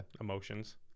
emotions